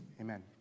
amen